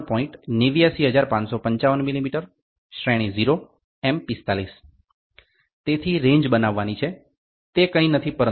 89555 mm →શ્રેણી 0 તેથી range બનવાની છે તે કંઈ નથી પરંતુ મહત્તમ માઇનસ લઘુત્તમ